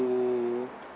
to